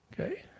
Okay